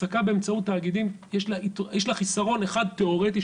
העסקה באמצעות תאגידים יש לה חיסרון אחד תיאורטי,